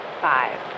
Five